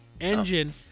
engine